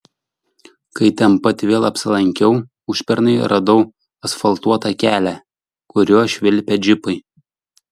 kai ten pat vėl apsilankiau užpernai radau asfaltuotą kelią kuriuo švilpė džipai